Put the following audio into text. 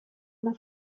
una